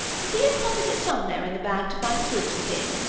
has he a competent sum there in the bag to buy the goods within?